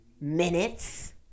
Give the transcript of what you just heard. minutes